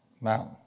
mountain